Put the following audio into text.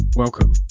Welcome